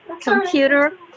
computer